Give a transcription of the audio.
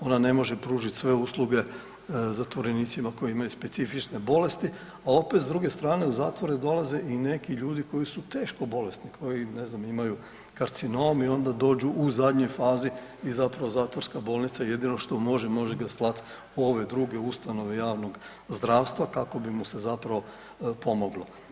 Ona ne može pružiti sve usluge zatvorenicima koji imaju specifične bolesti, a opet s druge strane u zatvore dolaze i neki ljudi koji su teško bolesni koji ne znam imaju karcinom i onda dođu u zadnjoj fazi i zapravo zatvorska bolnica je jedino što može može ga slati u ove druge ustanove javnog zdravstva kako bi mu se zapravo pomoglo.